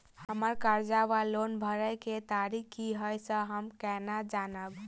हम्मर कर्जा वा लोन भरय केँ तारीख की हय सँ हम केना जानब?